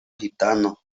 gitano